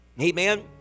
Amen